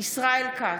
ישראל כץ,